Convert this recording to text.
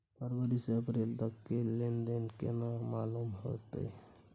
फरवरी से अप्रैल तक के लेन देन केना मालूम होते?